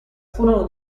furono